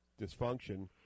dysfunction